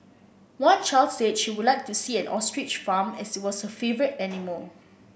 one child said she would like to see an ostrich farm as it was her favourite animal